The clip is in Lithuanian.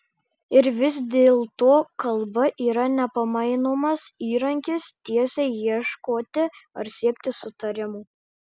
ir vis dėlto kalba yra nepamainomas įrankis tiesai ieškoti ar siekti sutarimo